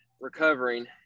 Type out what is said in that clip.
recovering